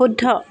শুদ্ধ